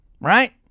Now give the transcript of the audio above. right